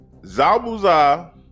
Zabuza